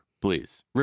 please